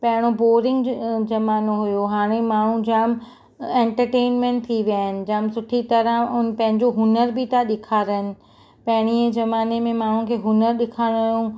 पहिरियों बोरींग ज़मानो हुयो हाणे माण्हू जामु एंटरटेनमेंट थी विया आहिनि जामु सुठी तरह पंहिंजो हुनरु बि था ॾेखारनि पहिरींअ जे ज़माने में माण्हुनि खे हुनरु ॾेखारणु जो